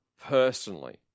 personally